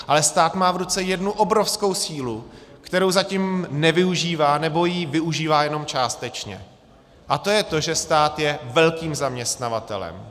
Ale stát má v ruce jednu obrovskou sílu, kterou zatím nevyužívá, nebo ji využívá jenom částečně, a to je to, že stát je velkým zaměstnavatelem.